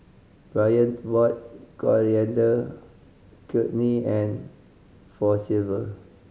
Brion bought Coriander Chutney for Silver